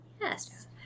Yes